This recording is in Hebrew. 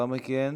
לאחר מכן,